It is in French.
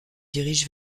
dirige